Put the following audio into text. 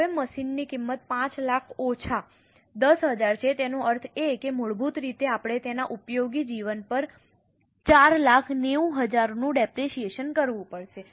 હવે મશીનની કિંમત 5 લાખ ઓછા 10000 છે તેનો અર્થ એ કે મૂળભૂત રીતે આપણે તેના ઉપયોગી જીવન પર 490000 નું ડેપરેશીયેશન કરવું પડશે